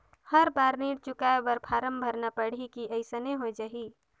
हर बार ऋण चुकाय बर फारम भरना पड़ही की अइसने हो जहीं?